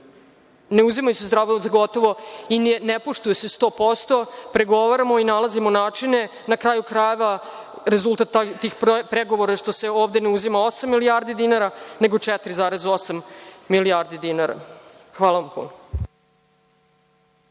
cenu struje, zdravo za gotovo i ne poštuju se 100%. Pregovaramo i nalazimo načine. Na kraju krajeva, rezultat pregovora je što se ovde ne uzima osam milijardi dinara, nego 4,8 milijardi dinara. Hvala vam